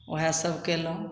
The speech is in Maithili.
वएहसब कएलहुँ